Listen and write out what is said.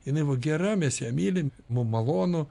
jinai buvo gera mes ją mylim mum malonu